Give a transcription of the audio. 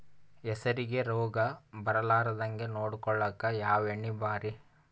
ಹೆಸರಿಗಿ ರೋಗ ಬರಲಾರದಂಗ ನೊಡಕೊಳುಕ ಯಾವ ಎಣ್ಣಿ ಭಾರಿ?